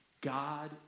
God